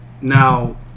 Now